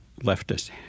leftist